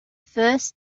first